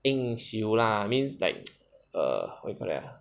应修啦 means like err what you call that